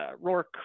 Rourke